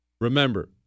Remember